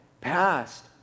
past